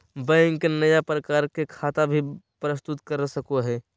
bank नया प्रकार के खता भी प्रस्तुत कर सको हइ